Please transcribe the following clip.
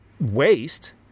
waste